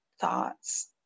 thoughts